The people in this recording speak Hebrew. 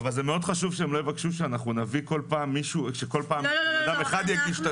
זה מאוד חשוב שהם לא יבקשו שכל פעם בן אדם אחד יגיש.